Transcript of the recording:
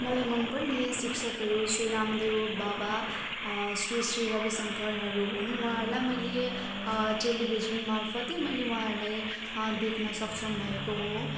मैले मनपर्ने शिक्षकहरू श्री रामदेव बाबा श्री श्री रविशङ्करहरू हुन् उहाँहरूलाई मैले टेलिभिजन मार्फतै मैले उहाँहरूलाई देख्न सक्षम भएको हो